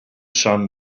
sun